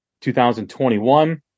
2021